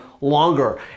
longer